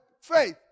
faith